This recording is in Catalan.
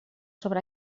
sobre